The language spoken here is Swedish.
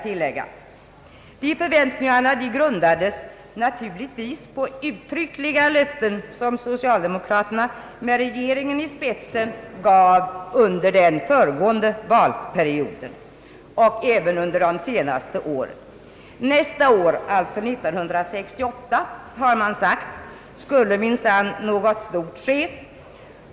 Dessa förväntningar grundade sig naturligtvis på de utiryckliga löften som socialdemokraterna med regeringen i spetsen gav under den föregående valperioden. Nästa år, alltså 1968, har man sagt, skulle minsann något stort ske.